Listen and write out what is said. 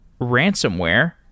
Ransomware